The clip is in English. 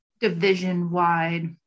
division-wide